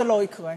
זה לא יקרה.